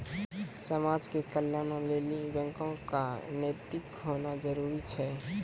समाज के कल्याणों लेली बैको क नैतिक होना जरुरी छै